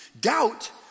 Doubt